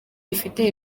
ifite